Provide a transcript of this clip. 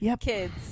Kids